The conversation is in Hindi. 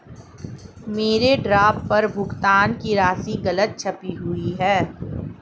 मेरे ड्राफ्ट पर भुगतान की राशि गलत छपी हुई है